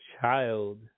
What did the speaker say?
child